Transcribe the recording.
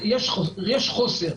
יש חוסר.